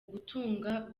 gutanga